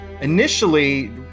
Initially